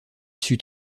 sut